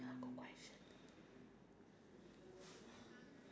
wait a Japanese street is really difficult to find if it's halal